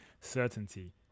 certainty